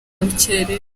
rukerera